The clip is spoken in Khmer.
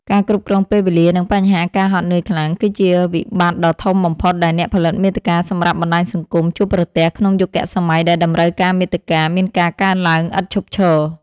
ការគ្រប់គ្រងពេលវេលា និងបញ្ហាការហត់នឿយខ្លាំង គឺជាវិបត្តិដ៏ធំបំផុតដែលអ្នកផលិតមាតិកាសម្រាប់បណ្ដាញសង្គមជួបប្រទះ ក្នុងយុគសម័យដែលតម្រូវការមាតិកាមានការកើនឡើងឥតឈប់ឈរ។